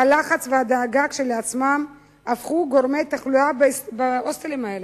הלחץ והדאגה כשלעצמם הפכו גורמי תחלואה בהוסטלים האלה.